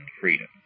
freedom